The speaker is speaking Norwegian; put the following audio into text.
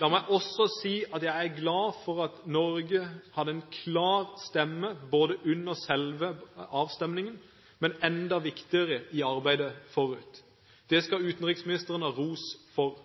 La meg også si at jeg er glad for at Norge hadde en klar stemme under selve avstemningen, men enda viktigere i arbeidet forut. Det skal utenriksministeren ha ros for.